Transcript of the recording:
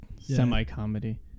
semi-comedy